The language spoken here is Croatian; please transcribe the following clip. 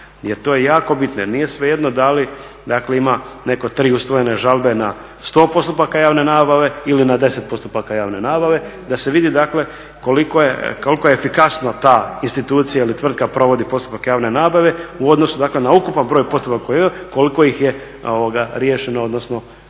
Jer to je jako bitno jer nije svejedno da li, dakle ima netko 3 usvojene žalbe na 100 postupaka javne nabave ili na 10 postupaka javne nabave, da se vidi dakle koliko je efikasno ta institucija ili tvrtka provodi postupaka javne nabave u odnosu, dakle na ukupan broj postupaka …, koliko ih je riješeno, odnosno